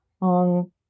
on